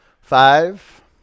Five